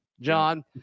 john